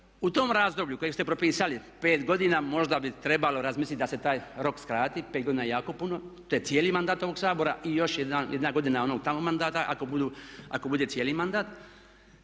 u tom razdoblju u kojem ste propisali 5 godina možda bi trebalo razmisliti da se taj rok skrati, 5 godina je jako puno, to je cijeli mandat ovog Sabora i još jedna godina onog tamo mandata ako budu, ako bude cijeli mandat.